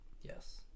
yes